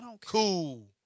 cool